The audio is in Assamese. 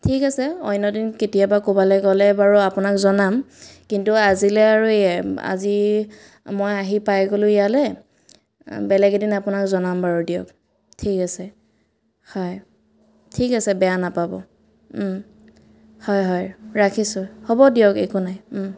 ঠিক আছে অন্য এদিন কেতিয়াবা ক'ৰবালে গ'লে বাৰু আপোনাক জনাম কিন্তু আজিলৈ আৰু এয়াই আজি মই আহি পাই গলোঁ ইয়ালৈ বেলেগ এদিন আপোনাক জনাম বাৰু দিয়ক ঠিক আছে হয় ঠিক আছে বেয়া নাপাব হয় হয় ৰাখিছোঁ হ'ব দিয়ক একো নাই